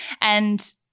And-